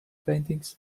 paintings